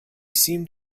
seemed